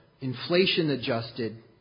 inflation-adjusted